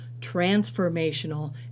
transformational